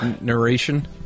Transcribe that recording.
Narration